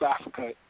Africa